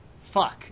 Fuck